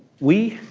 we